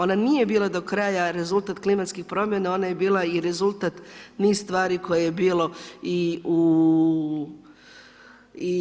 Ona nije bila do kraja rezultat klimatskih promjena, ona je bila i rezultat niza stvari koje je bilo i